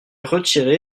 retiré